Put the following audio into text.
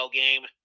game